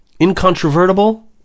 incontrovertible